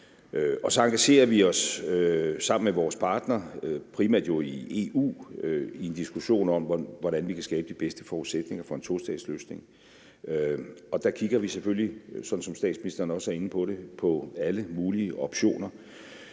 Så engagerer vi os sammen med vores partnere i primært EU i en diskussion om, hvordan vi kan skabe de bedste forudsætninger for en tostatsløsning. Der kigger vi selvfølgelig, sådan som statsministeren også er inde på, på alle mulige optioner.